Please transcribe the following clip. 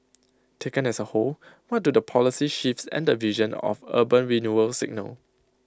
taken as A whole what do the policy shifts and the vision of urban renewal signal